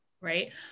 right